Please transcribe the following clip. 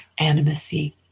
animacy